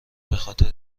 بخاطر